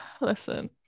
listen